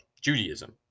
judaism